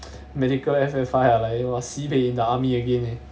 medical F_F_I lah like you know sibeh in the army again leh